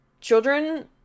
children